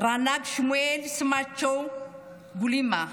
רנ"ג שמואל סמצאו גולימה,